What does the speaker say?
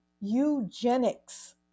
eugenics